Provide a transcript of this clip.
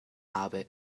habe